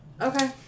Okay